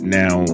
now